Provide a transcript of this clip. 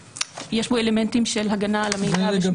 יש בו אלמנטים של הגנה על המידע -- נכון.